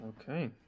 okay